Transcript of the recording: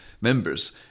members